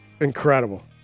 Incredible